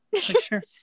sure